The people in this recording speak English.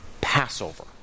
Passover